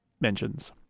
mentions